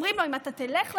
אומרים לו: אם אתה תלך לעבוד,